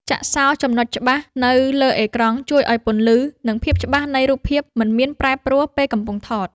ចាក់សោរចំណុចច្បាស់នៅលើអេក្រង់ជួយឱ្យពន្លឺ និង ភាពច្បាស់នៃរូបភាពមិនមានប្រែប្រួលពេលកំពុងថត។